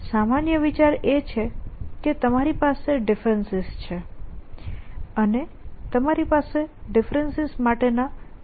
સામાન્ય વિચાર એ છે કે તમારી પાસે ડિફરેન્સિસ છે અને તમારી પાસે ડિફરેન્સિસ માટેના રિઝોલ્વર્સ છે